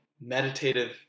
meditative